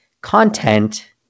content